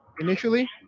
initially